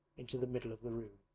into the middle of the room.